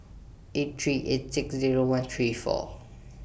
eight three eight six Zero one three four